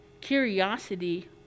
curiosity